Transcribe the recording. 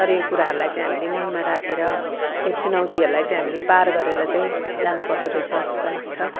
तर यो कुराहरूलाई चाहिँ हामीले मनमा रखेर यो चुनौतीहरूलाई चाहिँ हामीले पार गरेर चाहिँ जानु पर्दो रहेछ जस्तो लाग्छ